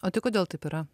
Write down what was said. o tai kodėl taip yra